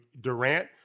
Durant